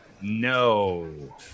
No